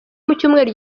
icyumweru